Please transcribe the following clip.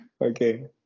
Okay